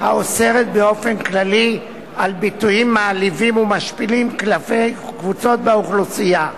האוסרת באופן כללי על ביטויים מעליבים ומשפילים כלפי קבוצות באוכלוסייה,